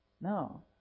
No